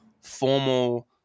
formal